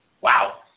Wow